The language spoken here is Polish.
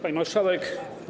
Pani Marszałek!